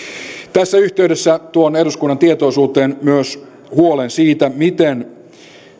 tässä yhteydessä tuon eduskunnan tietoisuuteen myös huolen siitä miten